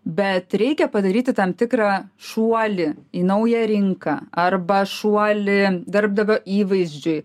bet reikia padaryti tam tikrą šuolį į naują rinką arba šuolį darbdavio įvaizdžiui